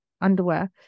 underwear